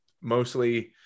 mostly